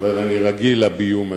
אבל אני כבר רגיל לביום הזה.